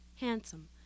handsome